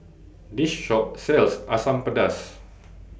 This Shop sells Asam Pedas